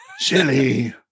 Chili